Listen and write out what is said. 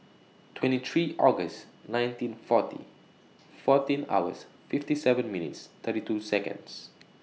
twenty three August nineteen forty fourteen hours fifty seven minutes thirty two Seconds